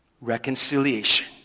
reconciliation